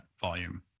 volume